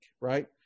right